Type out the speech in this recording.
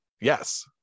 Yes